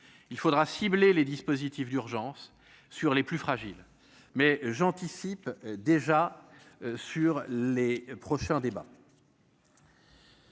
il faudra cibler les dispositifs d'urgence sur les plus fragiles, mais j'anticipe déjà sur les prochains débats.